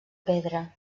pedra